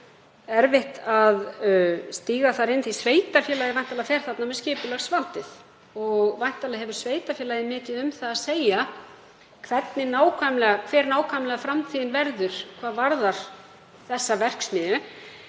erfitt að stíga þar inn því að sveitarfélagið fer væntanlega þarna með skipulagsvaldið og væntanlega hefur sveitarfélagið mikið um það að segja hver nákvæmlega framtíðin verður hvað varðar þessa verksmiðju.